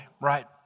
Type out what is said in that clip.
right